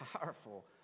powerful